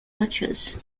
archers